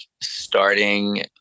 starting